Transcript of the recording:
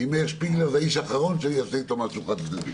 מאיר שפיגלר הוא האיש האחרון שאני אעשה אתו משהו חד צדדי.